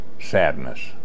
sadness